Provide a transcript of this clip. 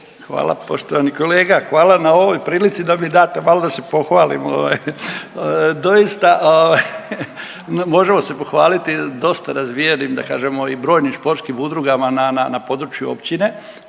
Hvala poštovani kolega, hvala na ovoj prilici da mi date malo da se pohvalim ovaj, doista ovaj, možemo se pohvaliti dosta razvijenim, da kažemo i brojnim športskim udrugama na području općine.